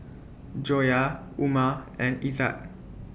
Joyah Umar and Izzat